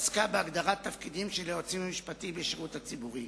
עסקה בהגדרת תפקידם של היועצים המשפטיים בשירות הציבורי.